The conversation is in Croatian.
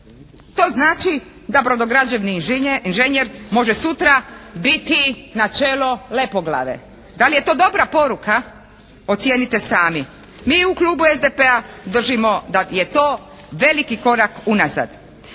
To znači da brodograđevni inženjer može sutra biti na čelu Lepoglave. Da li je to dobra poruka ocijenite sami. Mi u Klubu SDP-a držimo da je to veliki korak unazad.